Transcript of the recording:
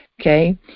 Okay